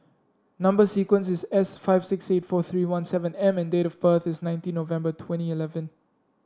number sequence is S five six eight four three one seven M and date of birth is nineteen November twenty eleven